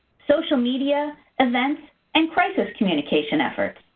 social media events and crisis communication efforts.